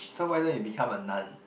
so why don't you become a nun